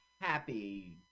happy